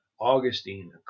Augustine